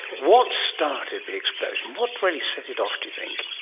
what started the explosion, what really set it off, do you think?